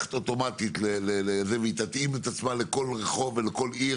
שהולכת אוטומטית והיא תתאים את עצמה לכול רחוב וכול עיר,